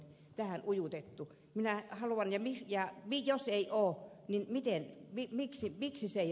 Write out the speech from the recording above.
tähän ujutettu enää halua nimi ja jos ei ole niin miksi ei ole